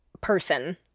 person